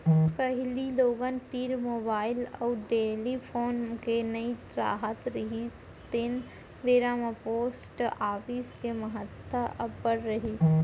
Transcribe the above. पहिली लोगन तीर मुबाइल अउ टेलीफोन के नइ राहत रिहिस तेन बेरा म पोस्ट ऑफिस के महत्ता अब्बड़ रिहिस